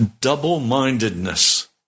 double-mindedness